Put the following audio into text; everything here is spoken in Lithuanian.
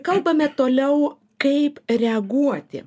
kalbame toliau kaip reaguoti